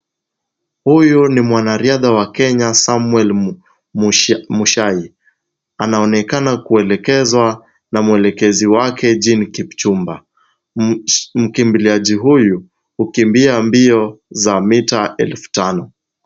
Huyu ni mwanariadha wa Kenya Samuel Mushai. Anaonekana kuelekezwa na mwelekezi wake Jean Kipchumba. Mkimbiliaji huyu hukimbia mbio za mita elfu tano.